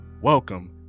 welcome